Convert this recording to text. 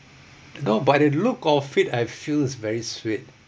no but it look of it I feel is very sweet